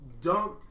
dunk